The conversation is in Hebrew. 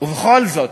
ובכל זאת,